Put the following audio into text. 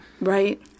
Right